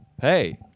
Hey